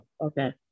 okay